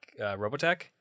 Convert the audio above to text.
Robotech